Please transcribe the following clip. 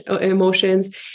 emotions